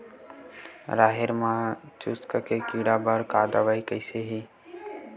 राहेर म चुस्क के कीड़ा बर का दवाई कइसे ही?